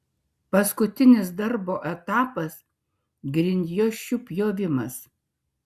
paskutinis darbo etapas grindjuosčių pjovimas